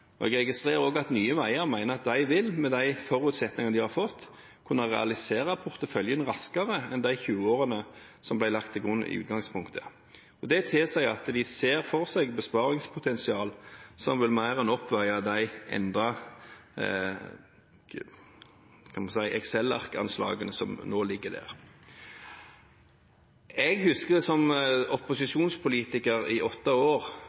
Jeg registrerer også at Nye Veier mener at de vil – med de forutsetningene de har fått – kunne realisere porteføljen raskere enn de 20 årene som i utgangspunktet ble lagt til grunn. Det tilsier at de ser for seg et besparingspotensial som vil mer enn oppveie de endrede «Excel-ark-anslagene» som nå ligger der. Som opposisjonspolitiker i åtte år